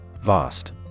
VAST